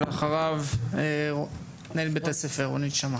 ואחריו מנהלת בית הספר רונית שמא.